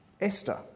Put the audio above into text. Esther